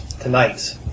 tonight